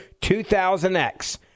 2000X